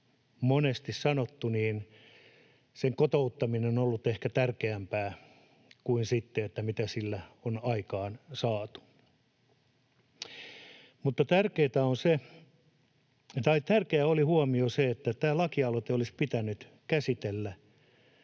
monesti sanottu, niin sen kotouttaminen on ollut ehkä tärkeämpää kuin se, mitä sillä on aikaansaatu. Mutta tärkeä huomio oli se, että tämä lakialoite olisi pitänyt käsitellä